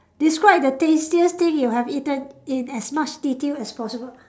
describe the tastiest thing you have eaten in as much detail as possible